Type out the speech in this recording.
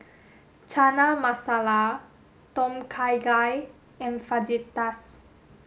Chana Masala Tom Kha Gai and Fajitas